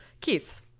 Keith